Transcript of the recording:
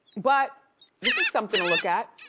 but this is something to look at,